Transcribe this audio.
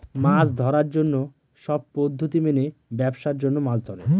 মাছ ধরার জন্য সব পদ্ধতি মেনে ব্যাবসার জন্য মাছ ধরে